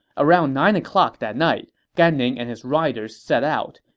around nine o'clock that night, gan ning and his riders set out.